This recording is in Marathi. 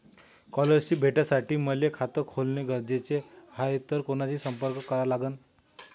स्कॉलरशिप भेटासाठी मले खात खोलने गरजेचे हाय तर कुणाशी संपर्क करा लागन?